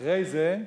אחרי זה האתיופים,